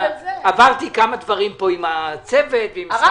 עברתי כמה דברים פה עם הצוות --- הרב,